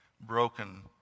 Broken